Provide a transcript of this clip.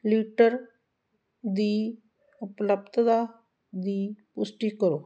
litre ਦੀ ਉਪਲੱਬਧਤਾ ਦੀ ਪੁਸ਼ਟੀ ਕਰੋ